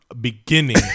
beginning